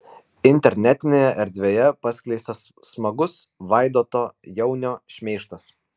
internetinėje erdvėje paskleistas smagus vaidoto jaunio šmeižtas